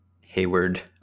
Hayward